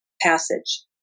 passage